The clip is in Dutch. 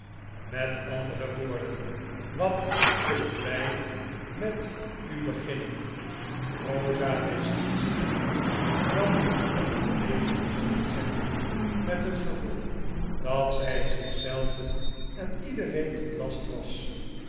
met andere woorden wat zullen wij met u beginnen boa wist niets te doen dan een verlegen gezicht zetten met het gevoel dat zij zich zelve en iedereen tot last was